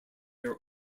are